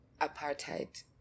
apartheid